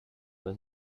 was